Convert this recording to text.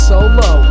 Solo